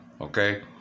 Okay